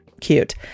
cute